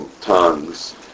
tongues